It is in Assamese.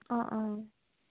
অঁ অঁ